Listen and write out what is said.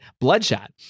Bloodshot